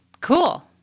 Cool